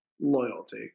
loyalty